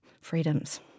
freedoms